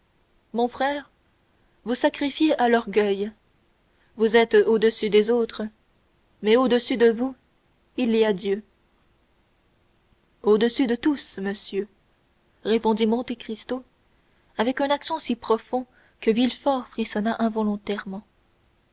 mon frère vous sacrifiez à l'orgueil vous êtes au-dessus des autres mais au-dessus de vous il y a dieu au-dessus de tous monsieur répondit monte cristo avec un accent si profond que villefort frissonna involontairement